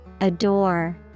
adore